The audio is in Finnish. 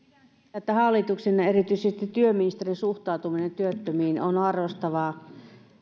että hallituksen ja erityisesti työministerin suhtautuminen työttömiin on arvostavaa suhtautuminen